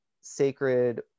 sacred